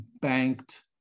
banked